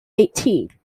eighteen